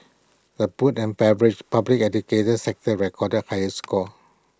the food and beverage public education sectors recorded higher scores